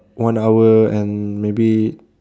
one hour and maybe